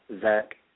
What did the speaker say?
Zach